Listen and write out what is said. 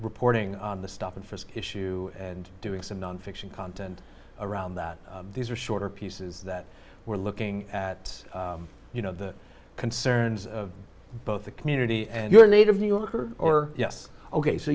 reporting on the stop and frisk issue and doing some nonfiction content around that these are shorter pieces that we're looking at you know the concerns of both the community and your native new yorker or yes ok so